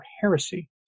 heresy